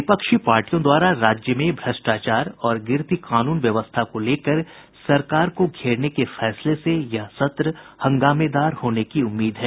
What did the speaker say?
विपक्षी पार्टियों द्वारा राज्य में भ्रष्टाचार और गिरती कानून व्यवस्था को लेकर सरकार को घेरने के फैसले से यह सत्र हंगामेदार होने की उम्मीद है